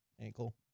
ankle